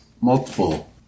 multiple